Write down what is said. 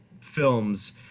films